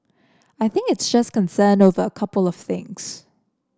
I think it's just concern over a couple of things